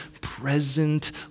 present